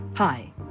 Hi